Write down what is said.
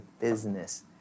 business